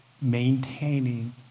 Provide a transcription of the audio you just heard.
maintaining